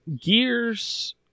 Gears